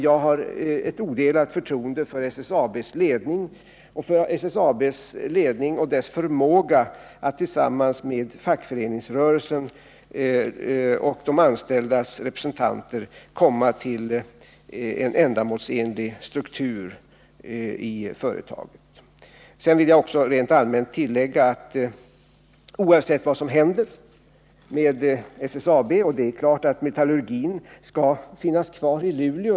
Jag har ett odelat förtroende för SSAB:s ledning och dess förmåga att tillsammans med fackföreningsrörelsen och de anställdas representanter åstadkomma en ändamålsenlig struktur i företaget. Sedan vill jag rent allmänt tillägga att oavsett vad som händer hos SSAB är det klart att metallurgin skall finnas kvar i Luleå.